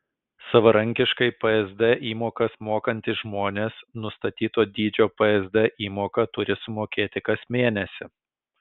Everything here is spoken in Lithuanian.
savarankiškai psd įmokas mokantys žmonės nustatyto dydžio psd įmoką turi sumokėti kas mėnesį